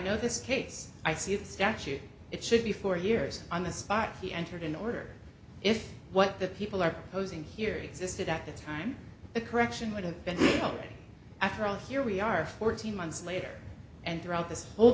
know this case i see the statute it should be four years on this five he entered in order if what the people are opposing here existed at the time a correction would have been legal after all here we are fourteen months later and throughout this whole